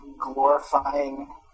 glorifying